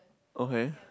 okay